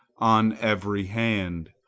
on every hand,